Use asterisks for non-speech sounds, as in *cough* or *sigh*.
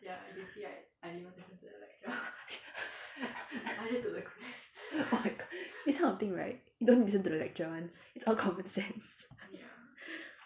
oh my god this kind of thing right don't listen to the lecture [one] it's all common sense *laughs*